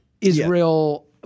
Israel